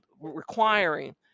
requiring